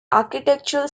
architectural